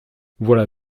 voilà